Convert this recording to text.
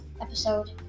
episode